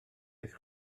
eich